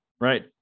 right